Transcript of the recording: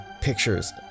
pictures